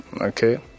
Okay